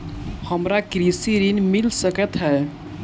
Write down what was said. हमरा कृषि ऋण मिल सकै है?